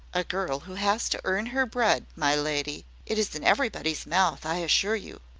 a girl who has to earn her bread, my lady! it is in everybody's mouth, i assure you.